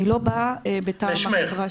אני לא באה מטעמי.